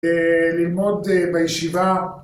לימוד ביישיבה